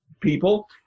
people